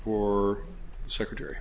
for secretary